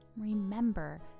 remember